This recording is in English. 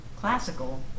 classical